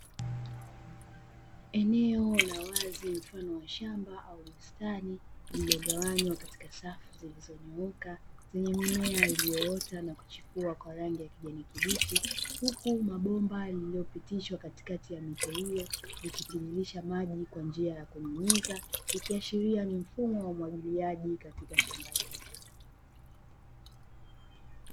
Eneo la wazi mfano wa shamba au bustani lililogawanywa katika safu ziliyonyooka zenye mimea iliyoota na kuchipua kwa rangi ya kijani kibichi, huku mabomba yaliyopitishwa katikati ya miche hiyo ikitiririsha maji kwa njia ya kunyunyiza ikiashiria ni mfumo wa umwagiliaji katika shamba hilo.